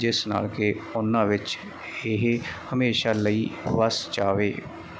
ਜਿਸ ਨਾਲ ਕਿ ਉਹਨਾਂ ਵਿੱਚ ਇਹ ਹਮੇਸ਼ਾ ਲਈ ਵੱਸ ਜਾਵੇ